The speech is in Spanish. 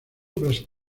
obras